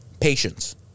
patience